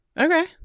Okay